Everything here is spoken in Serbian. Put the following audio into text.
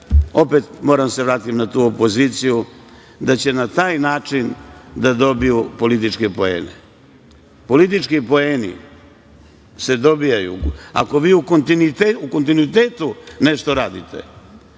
opet moram da se vratim na tu opoziciju, da će na taj način da dobiju političke poene. Politički poeni se dobijaju ako vi u kontinuitetu nešto radite,